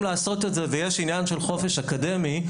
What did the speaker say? לעשות את זה ויש עניין של חופש אקדמי,